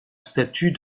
statue